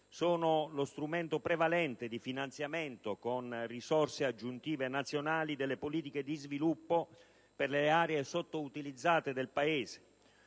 sono lo strumento prevalente di finanziamento, insieme a risorse aggiuntive nazionali, delle politiche di sviluppo per le aree sottoutilizzate del Paese